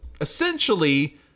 essentially